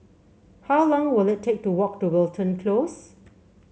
how long will it take to walk to Wilton Close